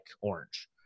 orange